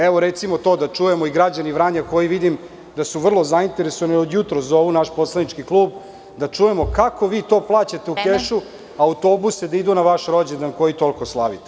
Eto, recimo, to da čujemo i mi i građani Vranja, jer vidim da su vrlo zainteresovani, od jutros zovu naš poslanički klub, da čujemo kako vi to plaćate u kešu autobuse da idu na vaš rođendan koji toliko slavite.